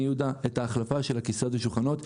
יהודה את ההחלפה של הכיסאות והשולחנות,